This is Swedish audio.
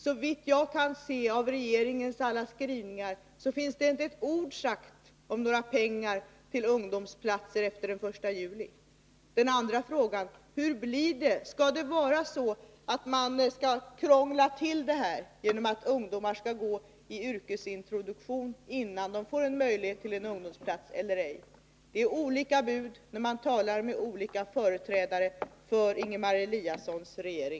Såvitt jag kan se av regeringens alla skrivningar finns det inte ett ord om några pengar till ungdomsplatser efter den 1 juli. Och vidare: Hur blir det? Skall man krångla till det här? Skall ungdomar genomgå yrkesintroduktion innan de får en ungdomsplats eller ej? Buden är olika när man talar med olika företrädare för den regering som Ingemar Eliasson tillhör.